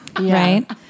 right